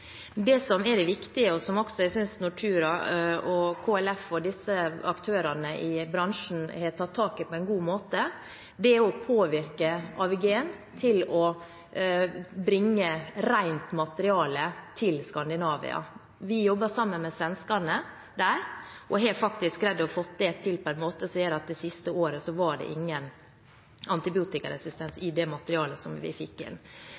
Det som er det viktige, og som jeg også synes Nortura, KLF og disse aktørene i bransjen har tatt tak i på en god måte, er å påvirke Aviagen til å bringe rent materiale til Skandinavia. Vi jobber sammen med svenskene der, og har faktisk greidd å få det til på en måte som har gjort at det det siste året ikke var antibiotikaresistens i det materialet som vi fikk inn.